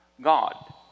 God